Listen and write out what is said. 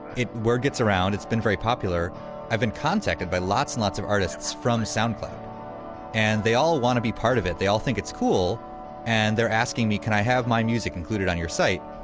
word gets around it's been very popular i've been contacted by lots and lots of artists from soundcloud and they all want to be part of it. they all think it's cool and they're asking me, can i have my music included on your site.